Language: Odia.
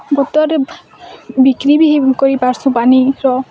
ବୋତଲ୍ରେ ବିକ୍ରି ବି ହେଇ କରିପାରସୁଁ ପାନି ର